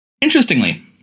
Interestingly